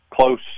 close